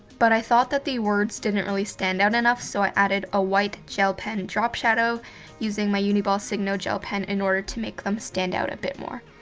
but i thought that the words didn't really stand out enough so i added a white gel pen drop shadow using my uni ball signo gel pen in order to make them stand a bit more.